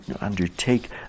Undertake